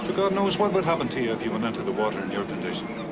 god knows what would happen to you if he went into the water in your condition.